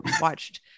watched